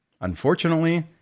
Unfortunately